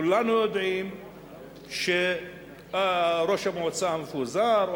כולנו יודעים שראש המועצה המפוזר,